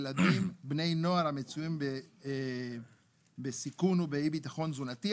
ילדים ובני נוער המצויים בסיכון או באי-ביטחון תזונתי,